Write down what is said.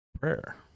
prayer